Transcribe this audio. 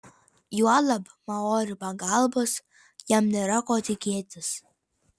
juolab maorių pagalbos jam nėra ko tikėtis